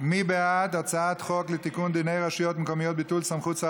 מי בעד הצעת חוק לתיקון דיני הרשויות המקומיות (ביטול סמכות שר